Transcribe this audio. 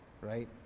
right